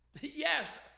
yes